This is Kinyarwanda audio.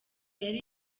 yari